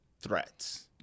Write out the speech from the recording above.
threats